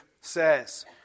says